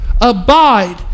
Abide